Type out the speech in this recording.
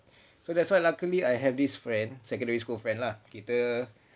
so that's why luckily I have this friend secondary school friend lah kita